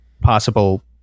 possible